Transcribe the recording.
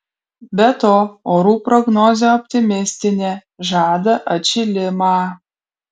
be to orų prognozė optimistinė žada atšilimą